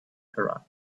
her